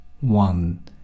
one